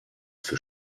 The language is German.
für